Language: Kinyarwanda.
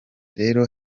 rero